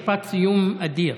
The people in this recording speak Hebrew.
משפט סיום אדיר.